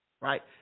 right